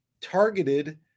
targeted